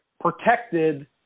protected